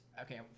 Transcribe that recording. Okay